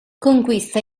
conquista